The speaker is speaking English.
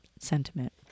sentiment